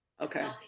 okay